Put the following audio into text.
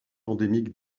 endémique